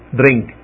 drink